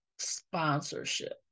sponsorship